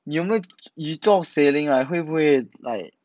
你有没你做 sailing ah 会不会 like